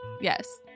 Yes